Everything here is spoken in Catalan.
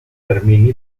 termini